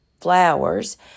Flowers